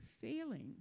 failing